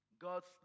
God's